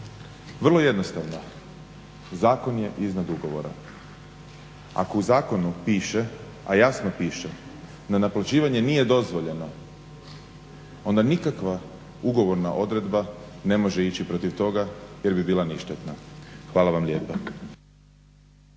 Vrlo jednostavno, zakon je iznad ugovora. Ako u zakonu piše, a jasno piše da naplaćivanje nije dozvoljeno, onda nikakva ugovorna odredba ne može ići protiv toga jer bi bila ništetna. Hvala vam lijepa.